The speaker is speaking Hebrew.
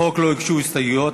לחוק לא הוגשו הסתייגויות.